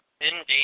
Indeed